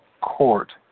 Court